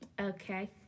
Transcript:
Okay